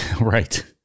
Right